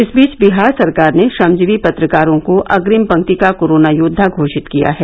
इस बीच विहार सरकार ने श्रमजीवी पत्रकारों को अग्रिम पंक्ति का कोरोना योद्वा घोषित किया है